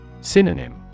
Synonym